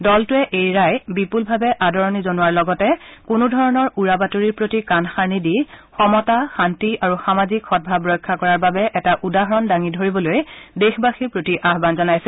দলটোৱে এই ৰায় বিপলভাৱে আদৰণি জনোৱাৰ লগতে কোনোধৰণৰ উৰা বাতৰিৰ প্ৰতি কাণসাৰ নিদি সমতা শান্তি আৰু সামাজিক সঙাব ৰক্ষা কৰাৰ বাবে এটা উদাহৰণ দাঙি ধৰিবলৈ দেশবাসীৰ প্ৰতি আহান জনাইছে